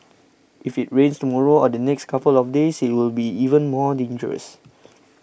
if it rains tomorrow or the next couple of days it will be even more dangerous